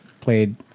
played